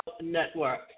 Network